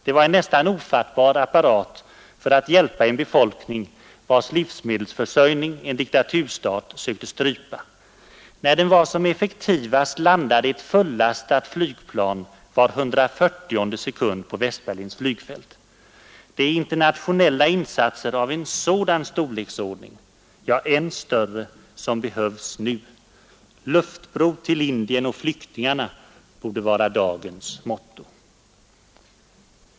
Det var en nästan ofattbar apparat för att hjälpa en befolkning vars livsmedelsförsörjning en diktaturstat sökte strypa. När den var som effektivast landade ett fullastat flygplan var 140:e sekund på Västberlins flygfält. Det är internationella insatser av en sådan storleksordning, ja än större, som behövs nu. ”Luftbro till Indien och flyktingarna” borde vara dagens motto.